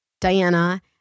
Diana